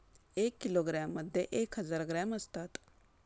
एक किलोग्रॅममध्ये एक हजार ग्रॅम असतात